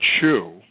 chew